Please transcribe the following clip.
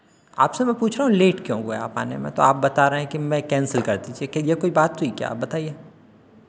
आपसे मैं पूछ रहा हूं लेट क्यों हुआ है आपको आने में तो आप बता रहे हैं कि मैं कैंसिल कर दीजिए ये कोई बात हुई क्या बताइए